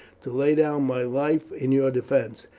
to lay down my life in your defence,